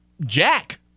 Jack